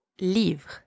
livre